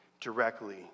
directly